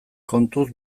kontuz